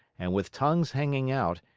and with tongues hanging out,